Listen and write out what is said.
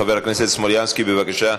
חבר הכנסת סלומינסקי, בבקשה.